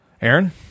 Aaron